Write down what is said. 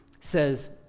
says